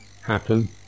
happen